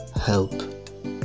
help